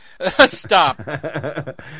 Stop